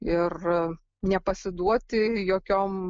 ir nepasiduoti jokiom